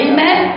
Amen